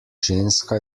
ženska